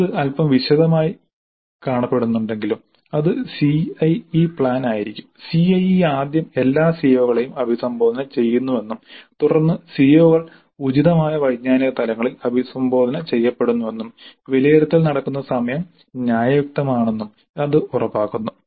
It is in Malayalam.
ഇത് അല്പം വിശദമായി കാണപ്പെടുന്നുണ്ടെങ്കിലും ഇത് CIE പ്ലാൻ ആയിരിക്കും CIE ആദ്യം എല്ലാ CO കളെയും അഭിസംബോധന ചെയ്യുന്നുവെന്നും തുടർന്ന് CO കൾ ഉചിതമായ വൈജ്ഞാനിക തലങ്ങളിൽ അഭിസംബോധന ചെയ്യപ്പെടുന്നുവെന്നും വിലയിരുത്തൽ നടക്കുന്ന സമയം ന്യായയുക്തമാണെന്നും ഇത് ഉറപ്പാക്കുന്നു